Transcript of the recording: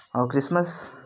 और क्रिसमस